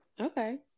Okay